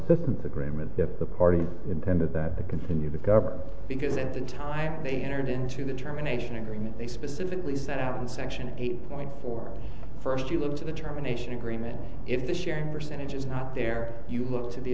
assistance agreement that the party intended that the consent of the government because at the time they entered into the determination agreement they specifically set out in section eight point four first you look to the terminations agreement if the sharing percentage is not there you look to the